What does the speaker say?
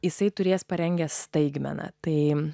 jisai turės parengęs staigmeną tai